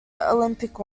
olympic